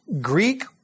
Greek